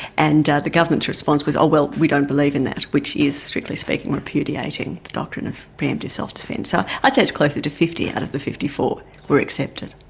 and the government's response was, oh well, we don't believe in that, which is strictly speaking repudiating the doctrine of pre-emptive self-defence. so i'd say it's closer to fifty out of fifty four were accepted.